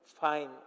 fine